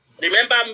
remember